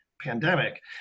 pandemic